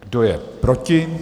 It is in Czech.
Kdo je proti?